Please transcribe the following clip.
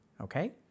Okay